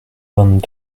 vingt